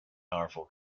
powerful